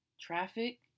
Traffic